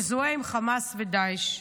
המזוהה עם חמאס ודאעש,